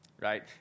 right